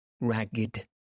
ragged